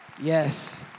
Yes